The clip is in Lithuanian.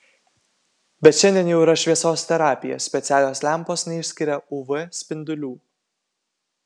bet šiandien jau yra šviesos terapija specialios lempos neišskiria uv spindulių